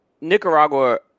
Nicaragua